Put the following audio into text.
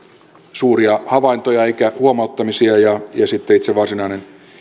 suuria havaintoja eikä huomauttamisia ja sitten itse varsinainen